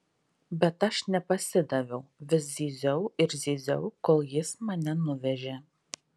bet aš nepasidaviau vis zyziau ir zyziau kol jis mane nuvežė